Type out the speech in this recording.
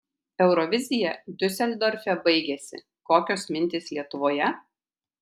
eurovizija diuseldorfe baigėsi kokios mintys lietuvoje